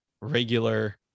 regular